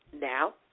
Now